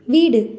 வீடு